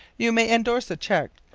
you may endorse a check,